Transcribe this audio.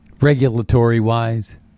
Regulatory-wise